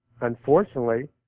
unfortunately